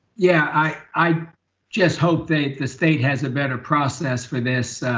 yeah. i just hope that the state has a better process for this